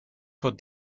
vor